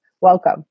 Welcome